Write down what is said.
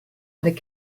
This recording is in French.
avec